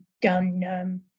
done